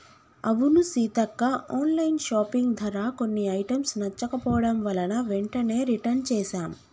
అవును Seethakka online shopping ధర కొన్ని ఐటమ్స్ నచ్చకపోవడం వలన వెంటనే రిటన్ చేసాం